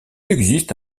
existe